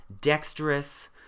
dexterous